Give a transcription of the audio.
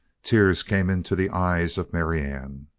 tears came into the eyes of marianne.